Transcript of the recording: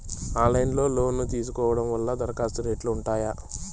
Online లో loan తీసుకోవడం వల్ల దరఖాస్తు రేట్లు ఉంటాయా?